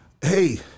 Hey